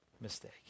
mistake